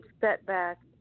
setback